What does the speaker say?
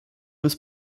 ist